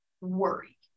worry